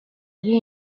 ari